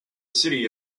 city